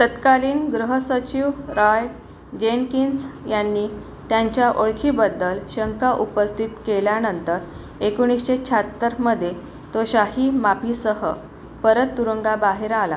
तत्कालीन गृहसचिव Roy Jenkins यांनी त्यांच्या ओळखीबद्दल शंका उपस्थित केल्यानंतर एकोणिशे शहात्तरमध्ये तो शाही माफीसह परत तुरुंगाबाहेर आला